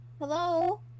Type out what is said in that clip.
Hello